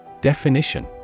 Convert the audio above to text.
Definition